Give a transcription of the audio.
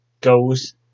goes